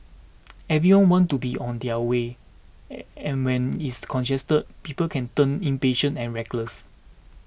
everyone wants to be on their way and and when it's congested people can turn impatient and reckless